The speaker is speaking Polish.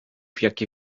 jakie